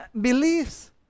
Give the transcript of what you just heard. beliefs